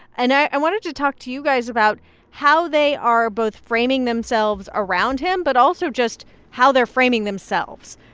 and i wanted to talk to you guys about how they are both framing themselves around him but also just how they're framing themselves.